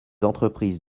entreprises